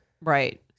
right